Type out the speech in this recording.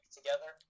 together